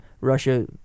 Russia